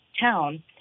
town